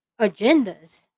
agendas